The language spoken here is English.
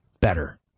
better